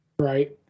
Right